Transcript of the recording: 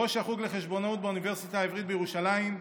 ראש החוג לחשבונאות באוניברסיטה העברית בירושלים,